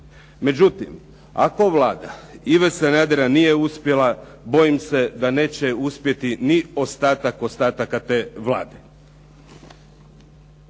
Međutim, ako Vlada Ive Sanader nije uspjela, bojim se da neće uspjeti ni ostatak ostataka te Vlade.